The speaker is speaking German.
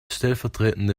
stellvertretende